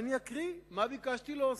ואני אקריא מה ביקשתי להוסיף.